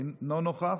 אינו נוכח,